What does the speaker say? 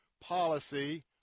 policy